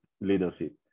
leadership